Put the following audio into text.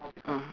mm